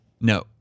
No